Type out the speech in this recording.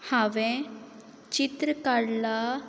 हांवें चित्र काडलां